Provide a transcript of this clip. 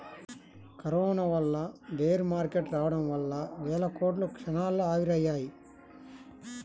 corona వల్ల bear market రావడం వల్ల వేల కోట్లు క్షణాల్లో ఆవిరయ్యాయి